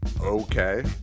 Okay